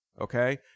okay